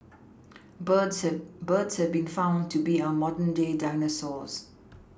birds have birds have been found to be our modern day dinosaurs